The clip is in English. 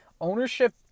ownership